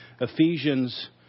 Ephesians